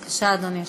בבקשה, אדוני השר.